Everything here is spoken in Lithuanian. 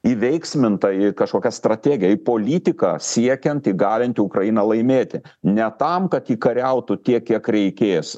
įveiksminta į kažkokią strategiją į politiką siekiant įgalinti ukrainą laimėti ne tam kad ji kariautų tiek kiek reikės